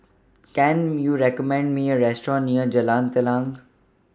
Can YOU recommend Me A Restaurant near Jalan Telang